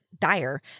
dire